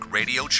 Radio